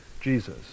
Jesus